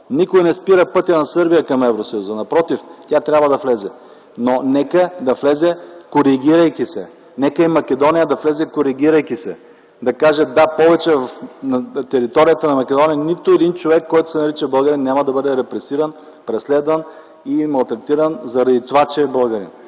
Никой не спира пътя на Сърбия към Евросъюза. Напротив, тя трябва да влезе, но нека да влезе, коригирайки се. Нека и Македония да влезе, коригирайки се. Да каже: „Да, повече на територията на Македония нито един човек, който се нарича българин, няма да бъде репресиран, преследван и малтретиран заради това, че е българин”.